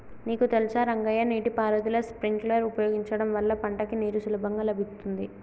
నీకు తెలుసా రంగయ్య నీటి పారుదల స్ప్రింక్లర్ ఉపయోగించడం వల్ల పంటకి నీరు సులభంగా లభిత్తుంది